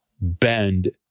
bend